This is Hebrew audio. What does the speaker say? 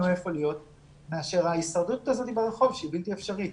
היכן להיות מאשר ההישרדות ברחוב שהיא בלתי אפשרית.